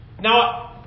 Now